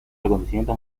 acontecimientos